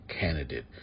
candidate